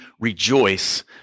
rejoice